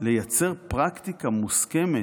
לייצר פרקטיקה מוסכמת,